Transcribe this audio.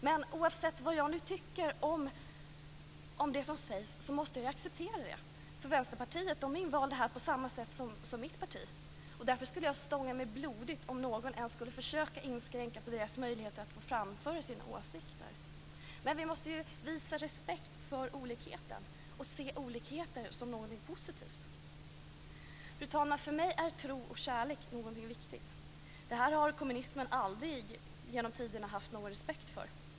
Men oavsett vad jag tycker om det som sägs måste jag acceptera det. Vänsterpartiet är invalt i riksdagen på samma sätt som mitt parti. Därför skulle jag stånga mig blodig om någon ens skulle försöka inskränka på vänsterpartisternas möjligheter att få framföra sina åsikter. Vi måste visa respekt för olikheten och se olikheter som någonting positivt. Fru talman! För mig är tro och kärlek viktigt. Det har kommunismen genom tiderna aldrig haft någon respekt för.